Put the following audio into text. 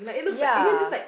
ya